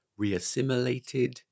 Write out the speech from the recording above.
reassimilated